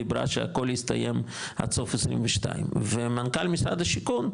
דיברה שהכול יסתיים עד סוף 22 ומנכ"ל משרד השיכון,